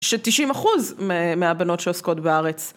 ש-90% מהבנות שעוסקות בארץ.